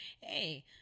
hey